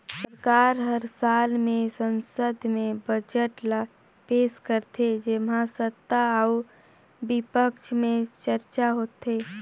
सरकार हर साल में संसद में बजट ल पेस करथे जेम्हां सत्ता अउ बिपक्छ में चरचा होथे